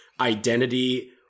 identity